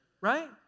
Right